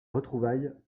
retrouvailles